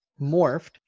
morphed